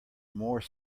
more